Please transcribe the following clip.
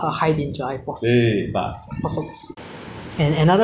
like you know singapore is spending like billions of dollars to build a sea wall around us